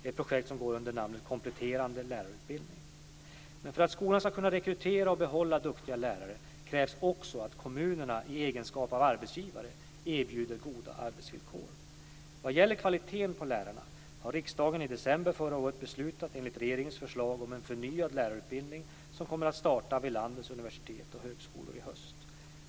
Detta projekt kallas Kompletterande lärarutbildning, Men för att skolan ska kunna rekrytera och behålla duktiga lärare krävs också att kommunerna i egenskap av arbetsgivare erbjuder goda arbetsvillkor. Vad gäller kvaliteten på lärarna har riksdagen i december förra året beslutat enligt regeringens förslag om en förnyad lärarutbildning som kommer att starta vid landets universitet och högskolor i höst.